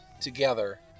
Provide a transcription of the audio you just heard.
together